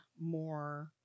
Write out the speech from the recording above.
more